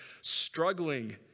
struggling